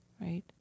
right